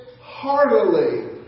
heartily